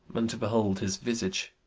and to behold his visage,